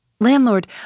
Landlord